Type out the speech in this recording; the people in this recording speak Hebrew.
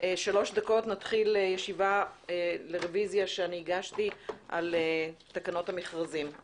הישיבה ננעלה בשעה 10:32.